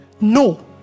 No